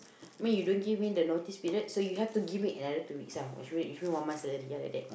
you mean you don't give me the notice period so you have to give me another two weeks ah or should wait issue one month salary ya liddat